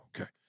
okay